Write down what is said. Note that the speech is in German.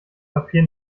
papier